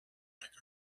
records